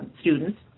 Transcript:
students